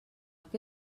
que